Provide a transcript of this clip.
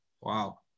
Wow